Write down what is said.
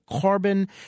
carbon